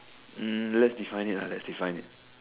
um let's define it ah let's define it